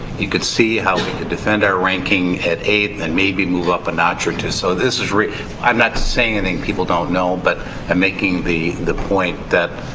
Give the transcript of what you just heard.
you can see how we can defend our ranking at eighth and maybe move up a notch or two. so, this is. i'm not saying people don't know, but i'm making the the point that